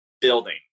building